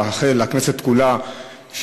לאחל לכנסת כולה,